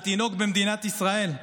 על תינוק במדינת ישראל.